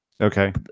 Okay